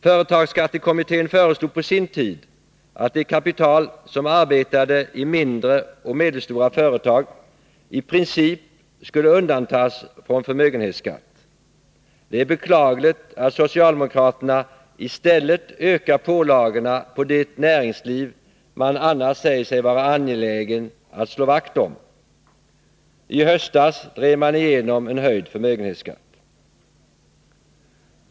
Företagsskattekommittén föreslog på sin tid att det kapital som arbetade i mindre och medelstora företag i princip skulle undantas från förmögenhetsvd skatt. Det är beklagligt att socialdemokraterna i stället ökar pålagorna på det näringsliv man annars säger sig vara angelägen att slå vakt om. I höstas drev man igenom en höjd förmögenhetsskatt.